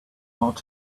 ought